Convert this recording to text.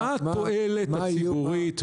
מה למדתם מזה?